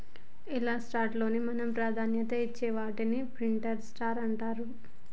ఎలా స్టాక్ లో మనం ప్రాధాన్యత నిచ్చే వాటాన్ని ప్రిఫర్డ్ స్టాక్ అంటారట